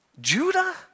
Judah